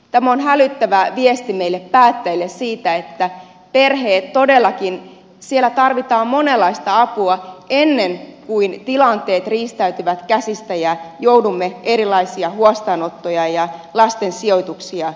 tämä on hälyttävä viesti meille päättäjille siitä että perheissä todellakin tarvitaan monenlaista apua ennen kuin tilanteet riistäytyvät käsistä ja joudumme erilaisia huostaanottoja ja lasten sijoituksia tekemään